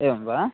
एवं वा